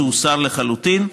שהוסר לחלוטין.